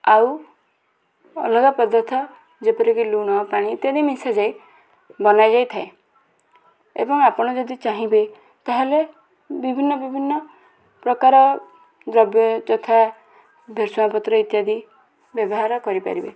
ଆଉ ଅଲଗା ପଦାର୍ଥ ଯେପରିକି ଲୁଣ ପାଣି ଇତ୍ୟାଦି ମିଶାଯାଇ ବନାଯାଇଥାଏ ଏବଂ ଆପଣ ଯଦି ଚାହିଁବେ ତା'ହେଲେ ବିଭିନ୍ନ ବିଭିନ୍ନ ପ୍ରକାର ଦ୍ରବ୍ୟ ଯଥା ଭେର୍ସୁଙ୍ଗା ପତ୍ର ଇତ୍ୟାଦି ବ୍ୟବହାର କରିପାରିବେ